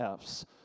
Fs